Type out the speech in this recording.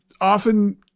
often